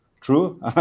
true